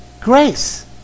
grace